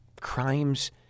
crimes